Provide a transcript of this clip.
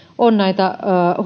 on näitä